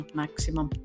maximum